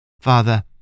Father